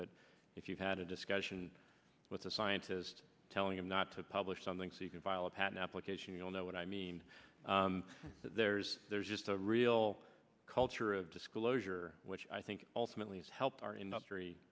but if you've had a discussion with a scientist telling him not to publish something so you can file a patent application you'll know what i mean there's there's just a real culture of disclosure which i think ultimately has helped our industry